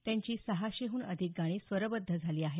त्यांची सहाशेहून अधिक गाणी स्वरबद्ध झाली आहेत